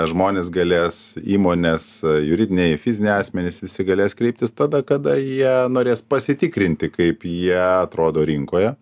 žmonės galės įmonės juridiniai fiziniai asmenys visi galės kreiptis tada kada jie norės pasitikrinti kaip jie atrodo rinkoje